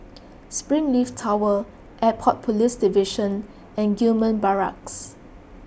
Springleaf Tower Airport Police Division and Gillman Barracks